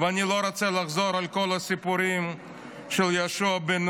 ואני לא רוצה לחזור על כל הסיפורים של יהושע בן